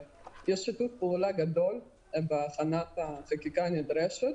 יש שיתוף פעולה גדול בהכנת החקיקה הנדרשת.